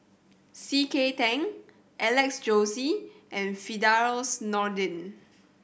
C K Tang Alex Josey and Firdaus Nordin